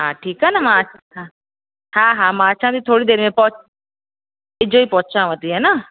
हा ठीकु आहे न मां ह हा हा मां अचां थी थोरी देरि में पहुं इझोई पहुंचाव थी हे न